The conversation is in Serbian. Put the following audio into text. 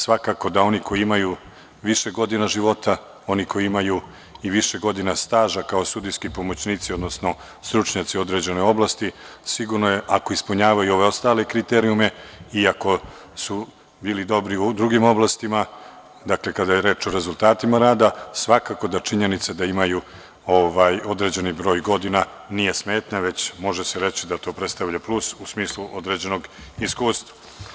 Svakako da oni koji imaju više godina života, oni koji imaju i više godina staža kao sudijski pomoćnici, odnosno stručnjaci u određenoj oblasti, sigurno je, ako ispunjavaju i ove ostale kriterijume i ako su bili dobri u drugim odnosima, kada je reč o rezultatima rada, svakako da činjenica da imaju određeni broj godina nije smetnja, već se može reći da to predstavlja plus u smislu određenog iskustva.